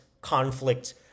conflict